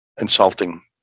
insulting